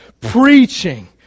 preaching